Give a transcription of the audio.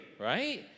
right